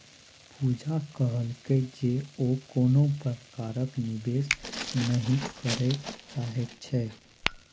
पूजा कहलकै जे ओ कोनो प्रकारक निवेश नहि करय चाहैत छै